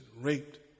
Raped